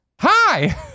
Hi